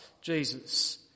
Jesus